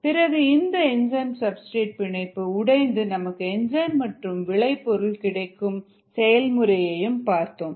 பிறகு இந்த enzyme substrate பிணைப்பு உடைந்து நமக்கு என்சைம் மற்றும் விளைபொருள் கிடைக்கும் செயல்முறையும் பார்த்தோம்